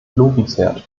lobenswert